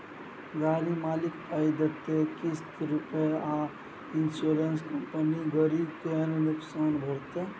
गाड़ी मालिक पाइ देतै किस्त रुपे आ इंश्योरेंस कंपनी गरी केर नोकसान भरतै